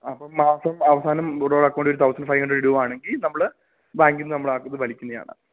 അപ്പോള് മാസം അവസാനം ബ്രോയുടെ അക്കൌണ്ടില് ഒരു തൗസണ്ട് ഫൈവ് ഹൻഡ്രഡ് ഇടുകയാണെങ്കില് നമ്മള് ബാങ്കില് നിന്ന് നമ്മള് അത് വലിക്കുന്നതാണ്